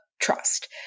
trust